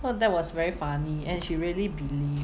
so that was very funny and she really believe